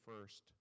first